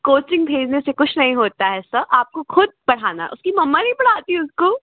काचिंग भेजने से कुछ नहीं होता है सर आपको खुद पढ़ाना है उसकी मम्मा नहीं पढ़ाती उसको